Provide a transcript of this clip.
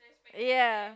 ya